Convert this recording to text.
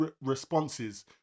responses